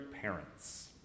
parents